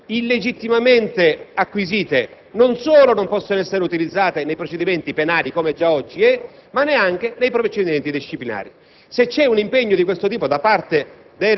illegittimamente acquisite non solo non possono essere utilizzate nei procedimenti penali, come già oggi è, ma neanche nei procedimenti disciplinari. Se viene assunto un impegno di questo genere da parte